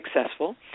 successful